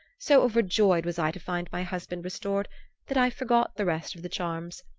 so overjoyed was i to find my husband restored that i forgot the rest of the charms.